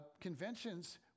conventions